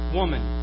woman